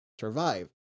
survive